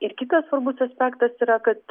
ir kitas svarbus aspektas yra kad